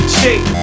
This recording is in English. shape